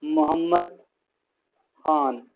Muhammad Khan